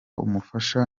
umufasha